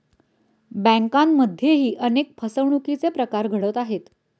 बँकांमध्येही अनेक फसवणुकीचे प्रकार घडत आहेत